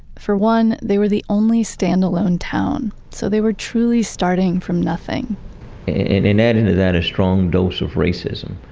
for one, they were the only standalone town, so they were truly starting from nothing and and added to that, a strong dose of racism.